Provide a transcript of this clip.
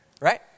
right